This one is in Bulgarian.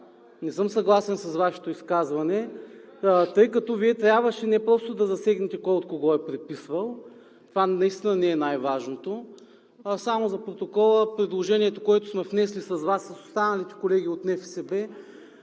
не съм съгласен с Вашето изказване, тъй като Вие трябваше не просто да засегнете кой от кого е преписвал. Това наистина не е най-важното. Само за протокола – предложението, което сме внесли с Вас и останалите колеги от НФСБ,